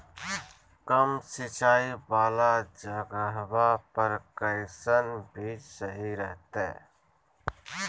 कम सिंचाई वाला जगहवा पर कैसन बीज सही रहते?